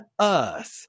earth